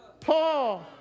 Paul